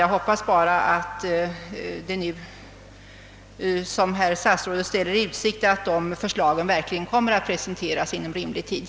Jag hoppas bara att de förslag som statsrådet nu ställt i utsikt också kommer att presenteras inom rimlig tid.